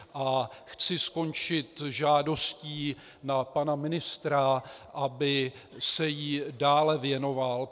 A chci skončit žádostí na pana ministra, aby se jí dále věnoval.